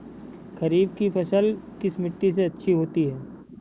खरीफ की फसल किस मिट्टी में अच्छी होती है?